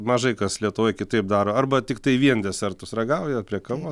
mažai kas lietuvoje kitaip daro arba tiktai vien desertus ragauja prie kavo